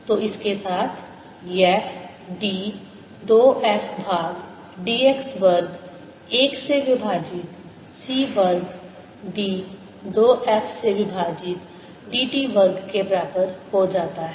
तो इसके साथ यह d 2 f भाग dx वर्ग 1 से विभाजित c वर्ग d 2 f से विभाजित dt वर्ग के बराबर हो जाता है